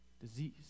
disease